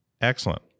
Excellent